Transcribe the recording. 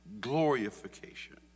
glorification